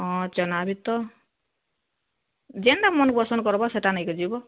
ହଁ ଚନା ବି ତ ଯେନ୍ଟା ମନ୍ ପସନ୍ଦ୍ କର୍ବ ସେଟା ନେଇକରି ଯିବ